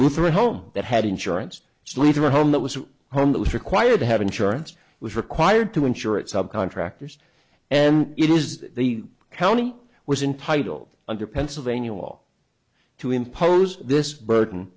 lutheran home that had insurance its leader home that was home that was required to have insurance was required to insure it subcontractors and it is the county was intitled under pennsylvania law to impose this burden